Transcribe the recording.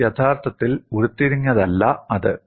നമ്മൾ യഥാർത്ഥത്തിൽ ഉരുത്തിരിഞ്ഞതല്ല അത്